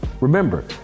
Remember